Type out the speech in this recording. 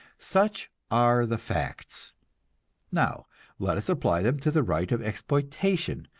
such are the facts now let us apply them to the right of exploitation,